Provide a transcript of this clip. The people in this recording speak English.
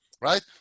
Right